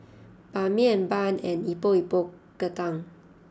Ban Mian Bun and Epok Epok Kentang